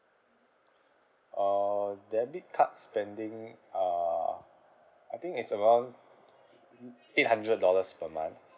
uh debit card spending uh I think it's around eight hundred dollars per month